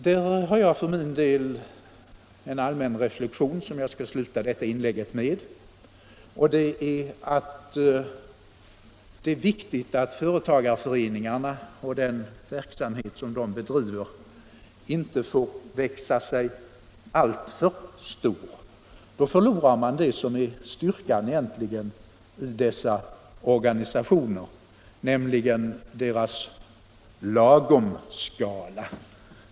Här har jag för min del en allmän reflexion, som jag vill avsluta detta inlägg med. Det är viktigt att företagarföreningarna och den verksamhet som de bedriver inte får växa sig alltför stora. Annars förlorar man det som egentligen är styrkan i dessa organisationer, nämligen deras lagomskala.